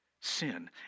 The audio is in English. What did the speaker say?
sin